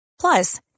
Plus